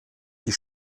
die